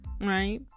right